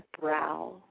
brow